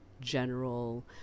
general